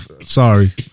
Sorry